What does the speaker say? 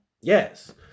Yes